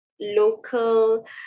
local